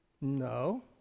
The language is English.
No